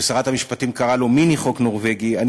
ושרת המשפטים קראה לו "מיני חוק נורבגי" ואני